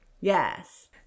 Yes